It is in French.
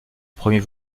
premier